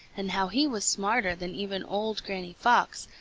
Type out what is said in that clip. and how he was smarter than even old granny fox,